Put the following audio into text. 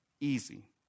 Easy